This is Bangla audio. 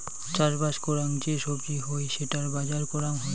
চাষবাস করাং যে সবজি হই সেটার বাজার করাং হই